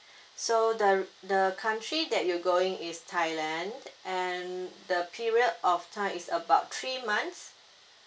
so the r~ the country that you going is thailand and the period of time is about three months